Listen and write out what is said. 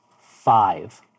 five